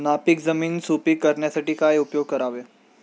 नापीक जमीन सुपीक करण्यासाठी काय उपयोग करावे?